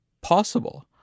possible